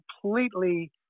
completely